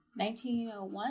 1901